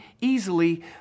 easily